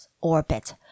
orbit